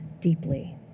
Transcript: deeply